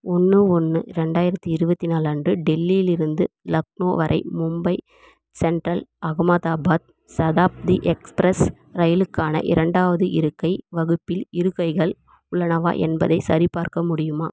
ஒன்று ஒன்று ரெண்டாயிரத்தி இருபத்தி நாலு அன்று டெல்லியிலிருந்து லக்னோ வரை மும்பை சென்ட்ரல் அகமதாபாத் சதாப்தி எக்ஸ்பிரஸ் ரயிலுக்கான இரண்டாவது இருக்கை வகுப்பில் இருக்கைகள் உள்ளனவா என்பதைச் சரிபார்க்க முடியுமா